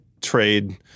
trade